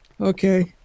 okay